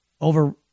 Over